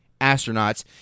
astronauts